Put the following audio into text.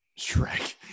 Shrek